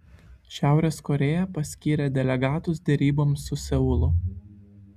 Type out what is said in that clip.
šiaurės korėja paskyrė delegatus deryboms su seulu